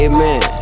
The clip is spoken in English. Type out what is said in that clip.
Amen